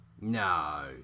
No